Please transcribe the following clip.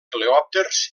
coleòpters